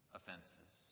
offenses